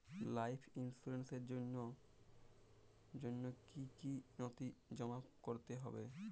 Life ইন্সুরেন্সর জন্য জন্য কি কি নথিপত্র জমা করতে হবে?